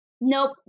Nope